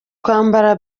kwambara